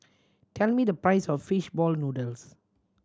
tell me the price of fish ball noodles